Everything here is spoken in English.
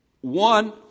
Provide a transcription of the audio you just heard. one